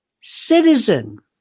citizen